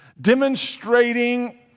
demonstrating